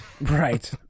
Right